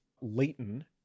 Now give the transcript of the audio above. leighton